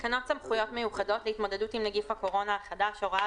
תקנות סמכויות מיוחדות להתמודדות עם נגיף הקורונה החדש (הוראת